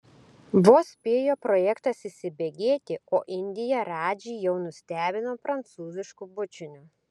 vos spėjo projektas įsibėgėti o indija radžį jau nustebino prancūzišku bučiniu